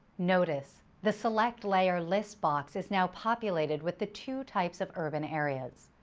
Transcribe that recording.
notice, the select layer list box is now populated with the two types of urban areas,